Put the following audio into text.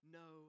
no